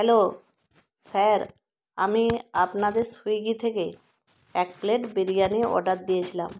hello sir আমি আপনাদের সুইগি থেকে এক প্লেট বিরিয়ানির অর্ডার দিয়েছিলাম